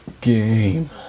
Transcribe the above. Game